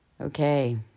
Okay